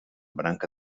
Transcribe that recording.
branca